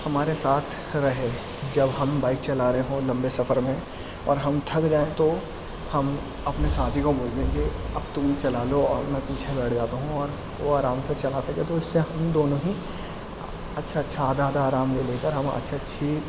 ہمارے ساتھ رہے جب ہم بائیک چلا رہے ہوں لمبے سفر میں اور ہم تھک جائیں تو ہم اپنے ساتھی کو بول دیں گے اب تم چلا لو اور میں پیچھے بیٹھ جاتا ہوں اور وہ آرام سے چلا سکے تو اس سے ہم دونوں ہی اچھا اچھا آدھا آدھا آرام لے لے کر ہم اچھی اچھی